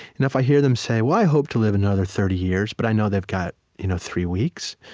and if i hear them say, well, i hope to live another thirty years, but i know they've got you know three weeks,